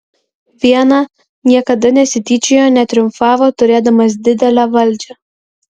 viena niekada nesityčiojo netriumfavo turėdamas didelę valdžią